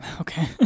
Okay